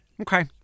Okay